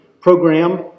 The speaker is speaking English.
program